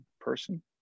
person